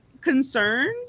concerned